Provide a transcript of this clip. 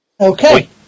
Okay